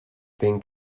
being